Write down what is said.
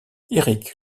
eric